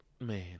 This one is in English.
Man